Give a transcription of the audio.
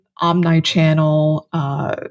omni-channel